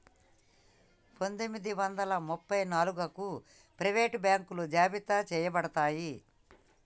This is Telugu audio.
పందొమ్మిది వందల ముప్ప నాలుగగు ప్రైవేట్ బాంకులు జాబితా చెయ్యబడ్డాయి